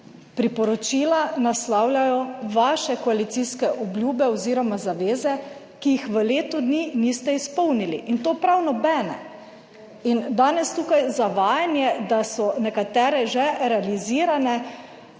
Priporočila naslavljajo vaše koalicijske obljube oziroma zaveze, ki jih v letu dni niste izpolnili in to prav nobene in danes tukaj zavajanje, da so nekatere že realizirane,